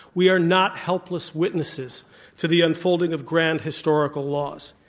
we are not helpless witnesses to the unfolding of grand historical loss.